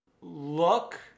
look